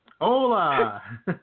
hola